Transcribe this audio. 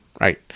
right